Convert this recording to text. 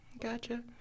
Gotcha